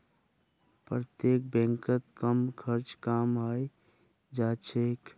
प्रत्यक्ष बैंकत कम खर्चत काम हइ जा छेक